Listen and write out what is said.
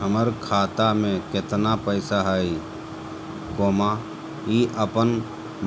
हमर खाता में केतना पैसा हई, ई अपन